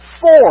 four